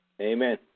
Amen